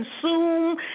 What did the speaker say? consume